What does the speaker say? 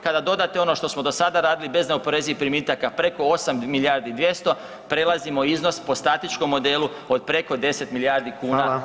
Kada dodate ono što smo do sada radili, bez neoporezivih primitaka, preko 8 milijardi 200, prelazimo iznos po statičkom modelu, od preko 10 milijardi kuna